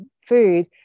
food